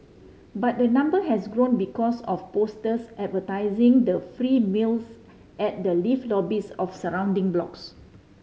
but the number has grown because of posters advertising the free meals at the lift lobbies of surrounding blocks